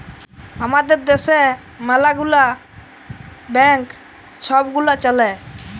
আমাদের দ্যাশে ম্যালা গুলা ব্যাংক ছব গুলা চ্যলে